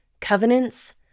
covenants